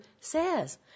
says